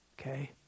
Okay